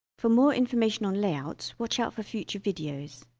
for more information on layouts watch out for future videos